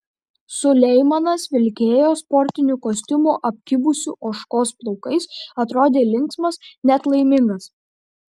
suleimanas vilkėjo sportiniu kostiumu apkibusiu ožkos plaukais atrodė linksmas net laimingas